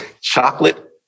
chocolate